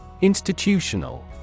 Institutional